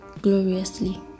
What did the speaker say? gloriously